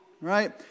right